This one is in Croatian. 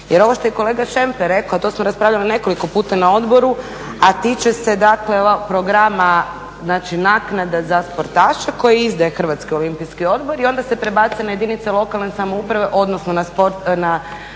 jer ovo što je kolega Šemper rekao, to smo raspravljali nekoliko puta na odboru, a tiče se dakle programa znači naknada za sportaše koje izdaje HOO i onda se prebacuje na jedinice lokalne samouprave odnosno na sportske